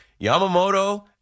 Yamamoto